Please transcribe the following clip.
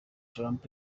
trump